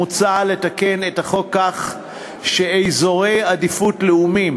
מוצע לתקן את החוק כך שאזורי עדיפות לאומית